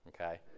Okay